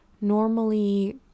normally